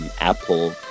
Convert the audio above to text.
Apple